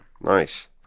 Nice